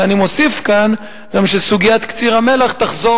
ואני מוסיף כאן שסוגיית קציר המלח תחזור